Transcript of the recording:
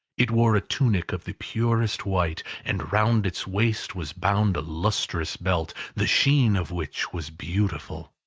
it wore a tunic of the purest white and round its waist was bound a lustrous belt, the sheen of which was beautiful.